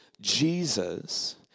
Jesus